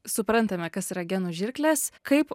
suprantame kas yra genų žirklės kaip